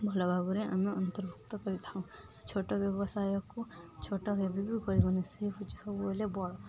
ଭଲ ଭାବରେ ଆମେ ଅନ୍ତର୍ଭୁକ୍ତ କରିଥାଉ ଛୋଟ ବ୍ୟବସାୟକୁ ଛୋଟ କେବେ ବି କରହେବନି ସେ ହେଉଛି ସବୁବେଳେ